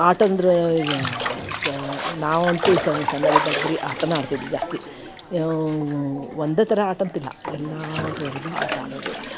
ಆಟಂದ್ರ ಈಗ ಸಾ ನಾವಂತು ಸಣ್ಣರ ಇದ್ದಾಗ ಬರೀ ಆಟನಾ ಆಡ್ತಿದಿದ್ದು ಜಾಸ್ತಿ ಒಂದೆ ಥರ ಆಟ ಅಂತಿಲ್ಲ ಎಲ್ಲಾ ಥರದು ಆಟ ಆಡೋದು